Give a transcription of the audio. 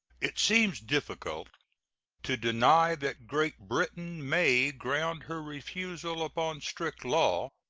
it seems difficult to deny that great britain may ground her refusal upon strict law,